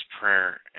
Prayer